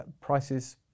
prices